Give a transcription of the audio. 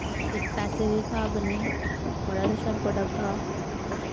ते पैसे दे स्हाब कन्नै बड़ा गै शैल प्रोडक्ट हा